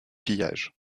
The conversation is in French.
pillages